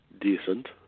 decent